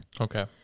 Okay